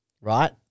Right